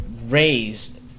raised